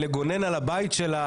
לגונן על הבית שלה,